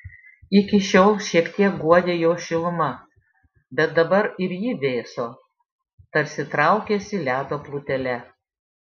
iki šiol šiek tiek guodė jo šiluma bet dabar ir ji vėso tarsi traukėsi ledo plutele